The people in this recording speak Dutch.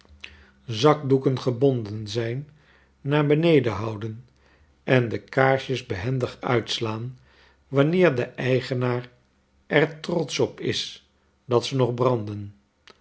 zakdoeken gebonden zijn naar beneden houden en de kaarsjes behendig uitslaan wanneer de eigenaar er trotsch op is dat ze nog branden